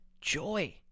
Joy